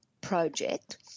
project